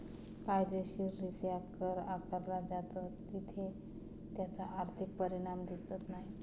कायदेशीररित्या कर आकारला जातो तिथे त्याचा आर्थिक परिणाम दिसत नाही